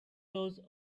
rows